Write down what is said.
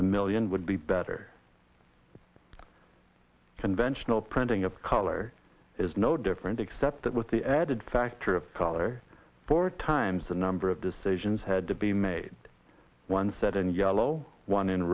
and million would be better conventional printing of color is no different except that with the added factor of color four times the number of decisions had to be made one set in yellow one in